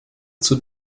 zur